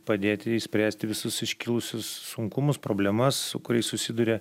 padėti išspręsti visus iškilusius sunkumus problemas su kuriais susiduria